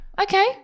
Okay